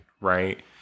right